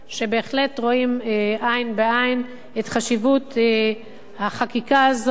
שבהחלט רואים עין בעין את חשיבות החקיקה הזאת,